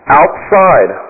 outside